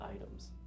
items